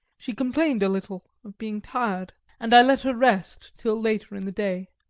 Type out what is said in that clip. she complained a little of being tired, and i let her rest till later in the day.